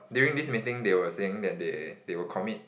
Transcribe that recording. during this meeting they were saying that they they will commit